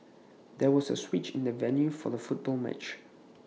there was A switch in the venue for the football match